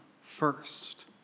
first